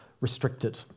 restricted